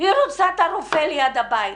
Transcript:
היא רוצה את הרופא ליד הבית,